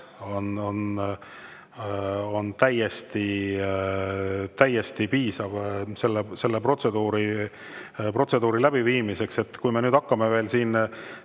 on täiesti piisav selle protseduuri läbiviimiseks. Kui me nüüd hakkame veel